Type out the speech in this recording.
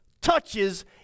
touches